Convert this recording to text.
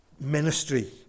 ministry